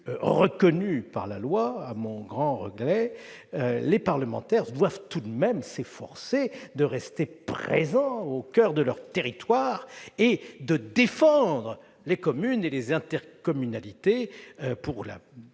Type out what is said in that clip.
reconnue par la loi, les parlementaires doivent tout de même s'efforcer de rester présents au coeur de leur département, et de défendre les communes et les intercommunalités pour la